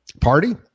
party